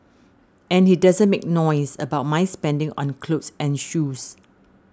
and he doesn't make noise about my spending on clothes and shoes